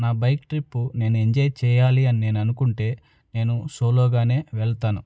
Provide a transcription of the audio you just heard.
నా bike trip నేను enjoy చెయ్యాలి అని నేను అనుకుంటే నేను సోలోగానే వెళ్తాను